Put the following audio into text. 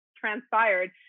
transpired